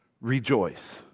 Rejoice